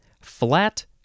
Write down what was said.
flat